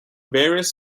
various